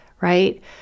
right